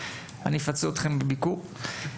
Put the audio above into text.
אפצה אותכם בביקור.